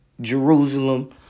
Jerusalem